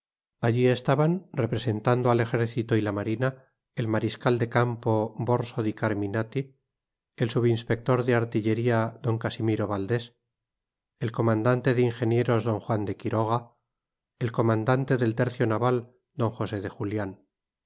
allí estaban representando al ejército y la marina el mariscal de campo borso di carminati el subinspector de artillería d casimiro valdés el comandante de ingenieros d juan de quiroga el comandante del tercio naval d josé de julián